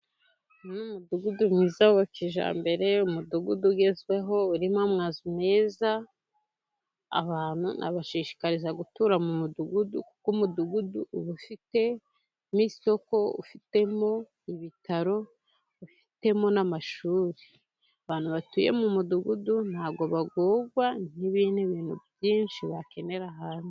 Umudugudu mwiza wa kijyambere, umudugudu ugezweho urimo amazu meza. Nabashishikariza gutura mu mudugudu kuko umudugudu uba ufitemo isoko, ufitemo ibitaro, ufitemo n'amashuri. Abantu batuye mu mudugudu ntago bagorwa n'ibindi bintu byinshi bakenera.